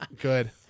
Good